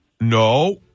No